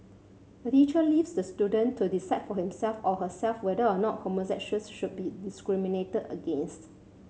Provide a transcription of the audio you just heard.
the teacher leaves the student to decide for himself or herself whether or not homosexuals should be discriminated against